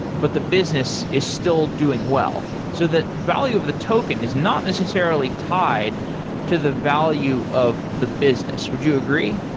but the business is still doing well. so that value of the token is not necessarily tied to the value of the business, would you agree?